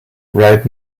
right